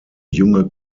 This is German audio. junge